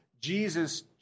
Jesus